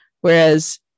Whereas